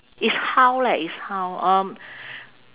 it's how leh it's how um